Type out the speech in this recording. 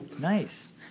nice